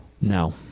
no